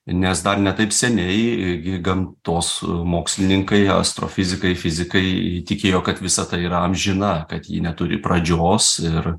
nes dar ne taip seniai gi gamtos mokslininkai astrofizikai fizikai tikėjo kad visata yra amžina kad ji neturi pradžios ir